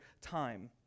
time